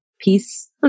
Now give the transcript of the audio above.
peace